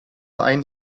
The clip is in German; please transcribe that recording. einen